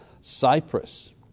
Cyprus